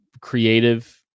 creative